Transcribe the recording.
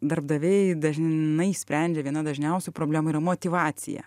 darbdaviai dažnai sprendžia viena dažniausių problemų yra motyvacija